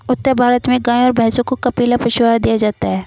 उत्तर भारत में गाय और भैंसों को कपिला पशु आहार दिया जाता है